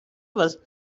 was